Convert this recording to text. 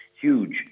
huge